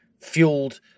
fueled